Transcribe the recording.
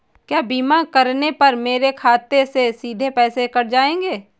क्या बीमा करने पर मेरे खाते से सीधे पैसे कट जाएंगे?